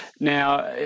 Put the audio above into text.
Now